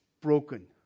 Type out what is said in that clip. Broken